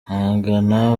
amagana